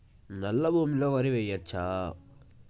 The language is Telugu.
నల్లా భూమి లో వరి వేయచ్చా?